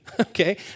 okay